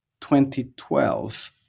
2012